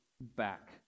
back